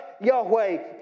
Yahweh